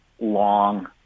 long